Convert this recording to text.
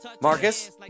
Marcus